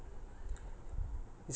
mmhmm